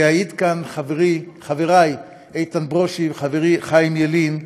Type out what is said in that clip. ויעידו כאן חברי איתן ברושי וחברי חיים ילין.